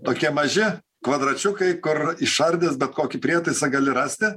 tokie maži kvadračiukai kur išardęs bet kokį prietaisą gali rasti